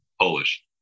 Polish